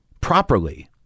properly